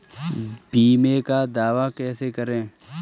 बीमे का दावा कैसे करें?